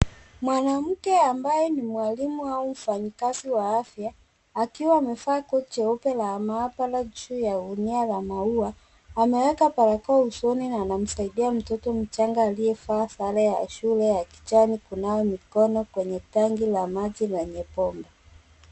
Mwanamke ambaye ni mwalimu au mfanyakazi wa afya akiwa amevaa koti jeupe la maabara juu ya gunia la maua. Ameweka barakoa usoni na anamsaidia mtoto mchanga aliyevaa sare ya shule ya kijani kunawa mikono kwenye tangi la maji lenye bombwe.